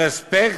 ה-respect,